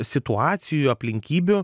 situacijų aplinkybių